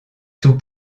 tout